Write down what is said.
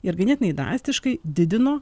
ir ganėtinai drastiškai didino